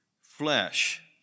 flesh